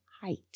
height